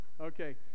okay